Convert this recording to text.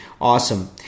Awesome